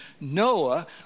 Noah